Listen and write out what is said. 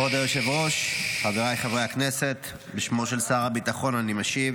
כבוד היושב-ראש, חבריי חברי הכנסת, אני משיב